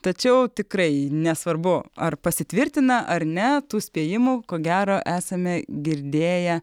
tačiau tikrai nesvarbu ar pasitvirtina ar ne tų spėjimų ko gero esame girdėję